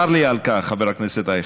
צר לי על כך, חבר הכנסת אייכלר.